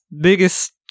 biggest